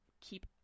keep